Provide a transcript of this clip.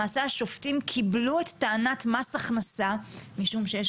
למעשה השופטים קיבלו את טענת מס הכנסה משום שיש